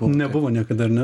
nebuvo niekada ar ne